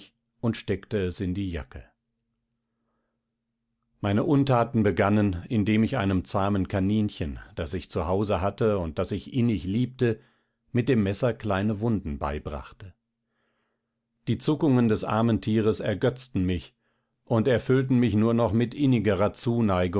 und steckte es in die jacke meine untaten begannen indem ich einem zahmen kaninchen das ich zu hause hatte und das ich innig liebte mit dem messer kleine wunden beibrachte die zuckungen des armen tieres ergötzten mich und erfüllten mich nur noch mit innigerer zuneigung